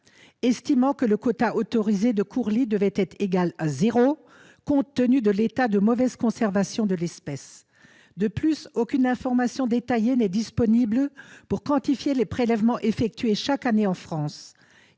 estimant que le quota autorisé de courlis devait être égal à zéro compte tenu de l'état de mauvaise conservation de l'espèce. De plus, aucune information détaillée n'est disponible pour quantifier les prélèvements effectués chaque année en France.